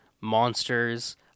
monsters